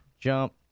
jump